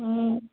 ம்